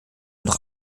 noch